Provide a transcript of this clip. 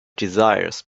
desires